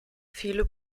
viele